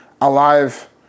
alive